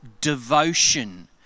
devotion